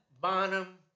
Bonham